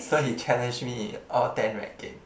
so he challenge me all ten rec game